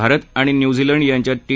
भारत आणि न्यूझीलंड यांच्यात टी